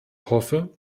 hoffe